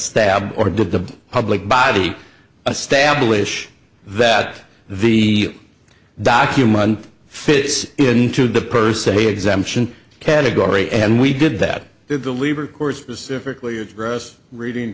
stab or did the public body establish that the document fits into the per se exemption category and we did that that the lever of course specifically addressed reading